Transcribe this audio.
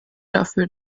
dafür